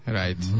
right